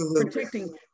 protecting